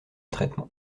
traitement